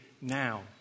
now